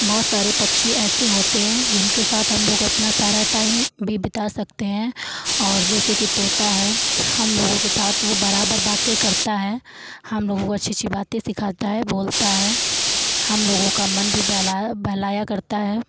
बहुत सारे पक्षी ऐसे होते हैं जिनके साथ हम लोग अपना सारा टाइम भी बिता सकते हैं और जैसे कि तोता है हम लोगों के साथ वो बराबर बातें करता है हम लोगों को अच्छी अच्छी बातें सिखाता है बोलता है हम लोगों का मन भी बहलाया बहलाया करता है